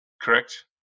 correct